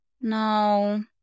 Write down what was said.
no